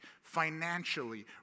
financially